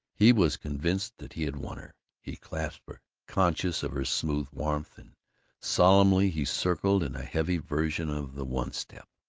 he was convinced that he had won her. he clasped her, conscious of her smooth warmth, and solemnly he circled in a heavy version of the one-step.